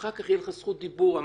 אחר כך תהיה לך זכות דיבור אבל